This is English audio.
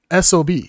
sob